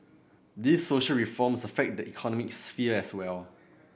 these social reforms affect the economic sphere as well